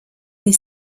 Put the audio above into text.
des